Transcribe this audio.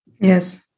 Yes